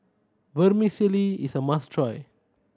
vermicelli is a must try